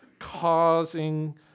causing